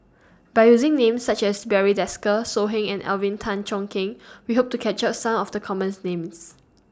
By using Names such as Barry Desker So Heng and Alvin Tan Cheong Kheng We Hope to capture Some of The commons Names